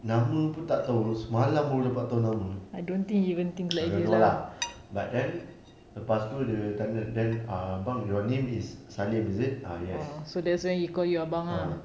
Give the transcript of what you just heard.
nama pun tak tahu semalam baru dapat tahu nama I don't know lah but then lepas itu dia tanya err abang your name is salim is it ah yes